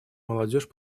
молодежь